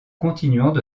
continuant